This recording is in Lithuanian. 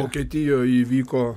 vokietijoj įvyko